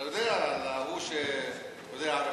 אתה יודע על ההוא שיודע ערבית.